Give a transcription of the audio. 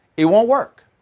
it won't work.